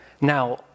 Now